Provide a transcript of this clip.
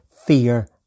Fear